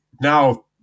now